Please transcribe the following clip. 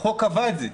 החוק קבע את זה.